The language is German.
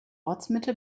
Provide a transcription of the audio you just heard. ortsmitte